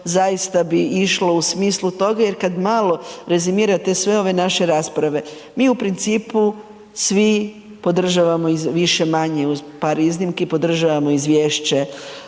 zaista bi išlo u smislu toga jer kad malo rezimirate sve ove naše rasprave, mi u principu svi podržavamo iz više-manje, uz par iznimki podržavamo izvješće